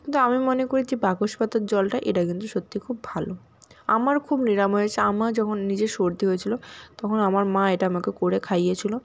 কিন্তু আমি মনে করি যে বাকস পাতার জলটা এটা কিন্তু সত্যি খুব ভালো আমার খুব নিরাময় হয়েছে আমার যখন নিজের সর্দি হয়েছিলো তখন আমার মা এটা আমাকে করে খাইয়েছিলো